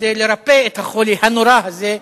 כדי לרפא את החולי הנורא הזה,